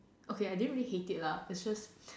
okay I didn't really hate it lah it's just